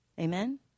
Amen